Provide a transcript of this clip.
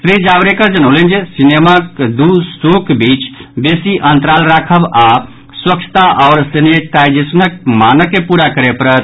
श्री जावड़ेकर जनौलनि जे सिनेमाक दू शोक बीच बेसी अंतराल राखब आओर स्वच्छता आ सेनेटाईजेशनक मानक के पूरा करय पड़त